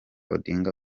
odinga